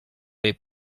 les